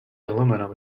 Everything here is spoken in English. aluminum